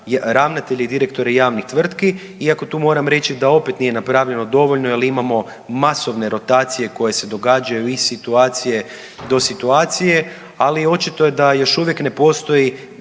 ravnatelje i direktore javnih tvrtki, iako tu moram reći da opet nije napravljeno dovoljno jer imamo masovne rotacije koje se događaju i situacije do situacije, ali očito je da još uvijek ne postoji